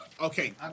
Okay